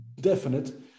definite